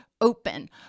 open